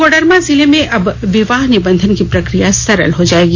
कोडरमा जिले में अब विवाह निबंधन की प्रक्रिया सरल हो जायेगी